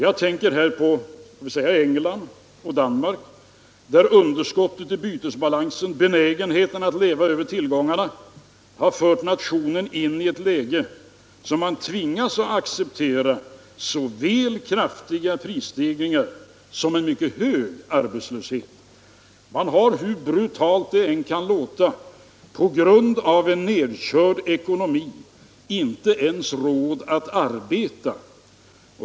Jag tänker här på t.ex. England och Danmark, där underskottet i bytesbalansen — benägenheten att leva över tillgångarna — har fört nationen in i ett läge där man tvingas acceptera såväl kraftiga prisstegringar som en mycket hög arbetslöshet. Man har — hur brutalt det än kan låta — på grund av en nedkörd ekonomi inte ens råd att arbeta.